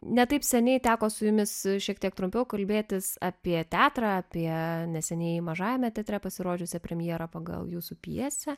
ne taip seniai teko su jumis šiek tiek trumpiau kalbėtis apie teatrą apie neseniai mažajame teatre pasirodžiusia premjera pagal jūsų pjesę